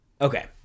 Okay